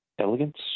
elegance